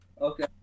Okay